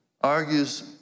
argues